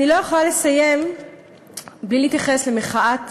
אני לא יכולה לסיים בלי להתייחס למחאת הגז,